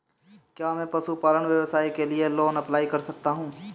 क्या मैं पशुपालन व्यवसाय के लिए लोंन अप्लाई कर सकता हूं?